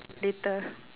later